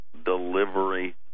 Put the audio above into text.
delivery